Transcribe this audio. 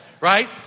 Right